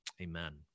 Amen